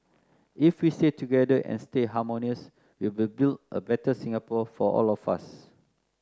if we stay together and stay harmonious we will build a better Singapore for all of us